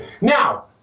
Now